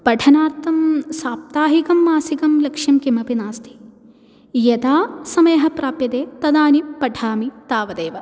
पठनार्थं साप्ताहिकं मासिकं लक्ष्यं किमपि नास्ति यदा समयः प्राप्यते तदानीं पठामि तावदेव